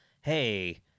hey